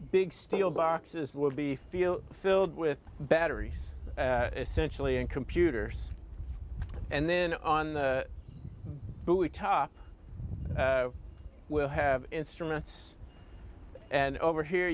big steel boxes will be field filled with batteries essentially and computers and then on the buoy top will have instruments and over here